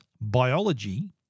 biology